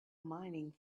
mining